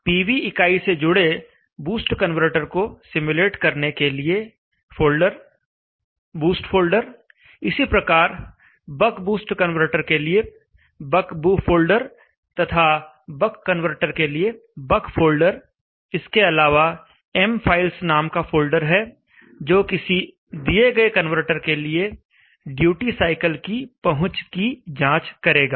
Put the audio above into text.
PV इकाई से जुड़े बूस्ट कन्वर्टर को सिम्युलेट करने के लिए boost फोल्डर इसी प्रकार बक बूस्ट कन्वर्टर के लिए bucboo फोल्डर तथा बक कन्वर्टर के लिए buck फोल्डर इसके अलावा mfiles नाम का फोल्डर है जो किसी दिए गए कनवर्टर के लिए ड्यूटी साइकिल की पहुंच की जांच करेगा